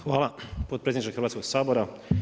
Hvala potpredsjedniče Hrvatskog sabora.